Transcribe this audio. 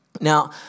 Now